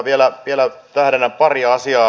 minä vielä tähdennän paria asiaa